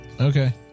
Okay